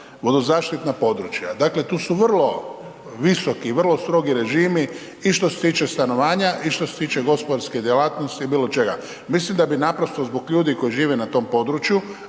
vodozaštitna područja, dakle tu su vrlo visoki, vrlo strogi režimi i što se tiče stanovanja i što se tiče gospodarske djelatnosti, bilo čega. Mislim da bi naprosto zbog ljudi koji žive na tom području,